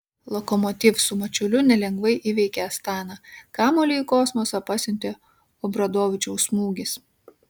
lokomotiv su mačiuliu nelengvai įveikė astaną kamuolį į kosmosą pasiuntė obradovičiaus smūgis